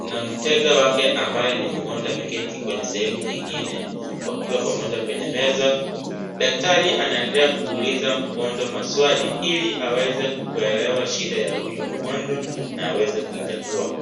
na mteja wake ambaye ni mgonjwa ameketi kwenye sehemu nyingine wakiwa pamoja kwenye meza. Daktari anaendelea kuuliza mgonjwa maswali ili aweze kuelewa shida ya huyu mgonjwa na aweze kuitatua.